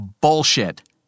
Bullshit